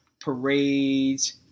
parades